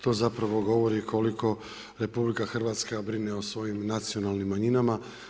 To zapravo govori koliko RH brine o svojim nacionalnim manjinama.